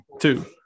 Two